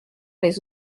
les